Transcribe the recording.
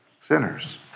Sinners